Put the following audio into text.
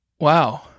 Wow